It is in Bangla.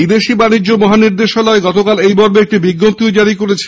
বিদেশী বাণিজ্য মহানির্দেশালয় গতকাল এই মর্মে একটি বিজ্ঞপ্তি জারি করেছে